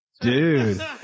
dude